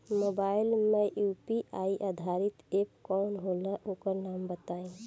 Mobile म UPI आधारित app कौन होला ओकर नाम बताईं?